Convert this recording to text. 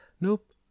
Nope